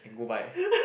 and go buy